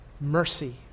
mercy